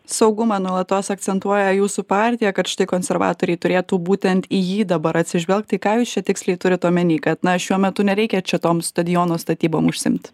saugumą nuolatos akcentuoja jūsų partija kad štai konservatoriai turėtų būtent į jį dabar atsižvelgt tai ką jūs čia tiksliai turit omeny kad na šiuo metu nereikia čia toms stadiono statybom užsiimt